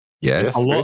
Yes